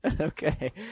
Okay